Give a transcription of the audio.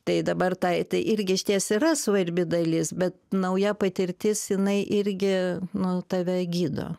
tai dabar tai irgi išties yra svarbi dalis bet nauja patirtis jinai irgi nu tave gydo